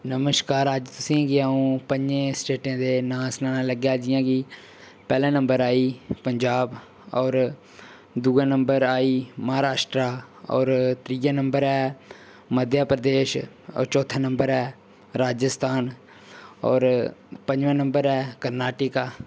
नमस्कार अज्ज तुसें गी अ'ऊं पञें स्टेटें दे नांऽ सनान लगेआं जि'यां कि पैह्ले नम्बर आई पंजाब और दूआ नम्बर आई महाराष्ट्र और त्रीया नम्बर ऐ मध्यप्रदेश और चौथे नम्बर ऐ राजस्थान और पञमें नम्बर ऐ कर्नाटक